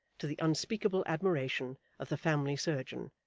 to the unspeakable admiration of the family surgeon,